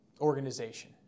organization